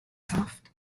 soft